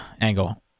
angle